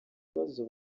kibazo